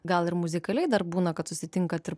gal ir muzikaliai dar būna kad susitinkat ir